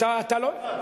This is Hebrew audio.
תודה רבה.